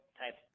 type